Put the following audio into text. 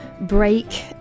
break